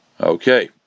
Okay